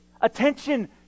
attention